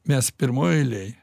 mes pirmoj eilėj